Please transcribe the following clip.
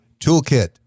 Toolkit